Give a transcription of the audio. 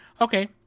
okay